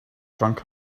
drunk